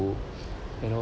you know